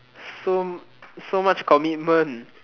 so so much commitment